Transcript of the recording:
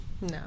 No